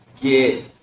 get